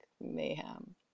mayhem